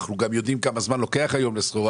אנחנו גם יודעים כמה זמן לוקח היום לסחורה